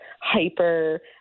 hyper